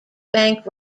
bank